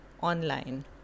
online